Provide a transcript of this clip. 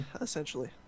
essentially